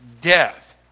death